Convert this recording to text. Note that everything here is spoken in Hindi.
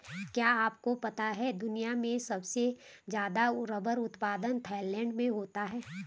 क्या आपको पता है दुनिया में सबसे ज़्यादा रबर उत्पादन थाईलैंड में होता है?